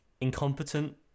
incompetent